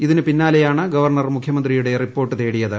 ഇതിനു പിന്നാലെയാണ് ഗവർണർ മുഖ്യമന്ത്രിയുടെ റിപ്പോർട്ട് തേടിയത്